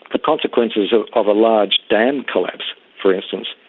the consequences of of a large dam collapse, for instance,